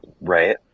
right